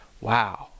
wow